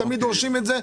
תמיד דורשים את זה.